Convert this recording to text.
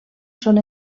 són